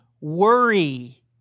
worry